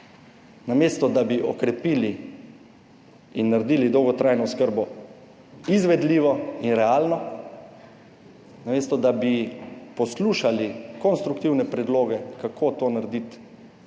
Namesto, da bi okrepili in naredili dolgotrajno oskrbo izvedljivo in realno. Namesto, da bi poslušali konstruktivne predloge kako to narediti